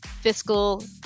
fiscal